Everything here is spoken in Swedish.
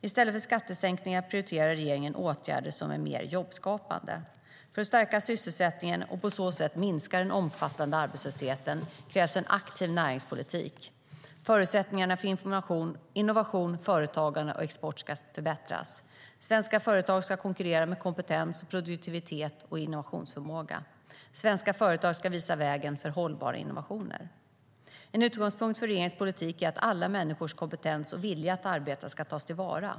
I stället för skattesänkningar prioriterar regeringen åtgärder som är mer jobbskapande. För att stärka sysselsättningen, och på så sätt minska den omfattande arbetslösheten, krävs en aktiv näringspolitik. Förutsättningarna för innovation, företagande och export ska förbättras. Svenska företag ska konkurrera med kompetens, produktivitet och innovationsförmåga. Svenska företag ska visa vägen för hållbara innovationer. En utgångspunkt för regeringens politik är att alla människors kompetens och vilja att arbeta ska tas till vara.